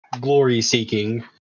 glory-seeking